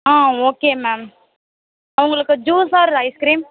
ஆ okay ma'am உங்களுக்கு juice or ice cream